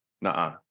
nah